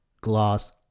gloss